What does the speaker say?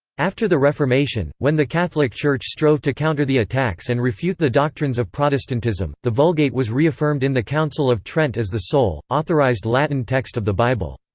after the reformation, when the catholic church strove to counter the attacks and refute the doctrines of protestantism, the vulgate was reaffirmed in the council of trent as the sole, authorized latin text of the bible.